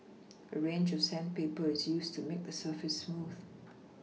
a range of sandpaper is used to make the surface smooth